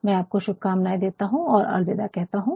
मैं आपको शुभकामना ये देता हूँ और अलविदा कहता हूँ